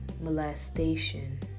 molestation